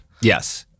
Yes